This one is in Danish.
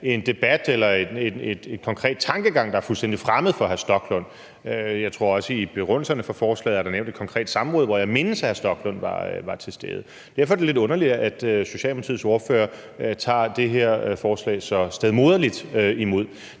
en debat eller en konkret tankegang, der er fuldstændig fremmed for hr. Rasmus Stoklund. Jeg tror også, at der i begrundelserne for forslaget er nævnt et konkret samråd, hvor jeg mindes at hr. Rasmus Stoklund var til stede. Derfor er det lidt underligt, at Socialdemokratiets ordfører tager så stedmoderligt imod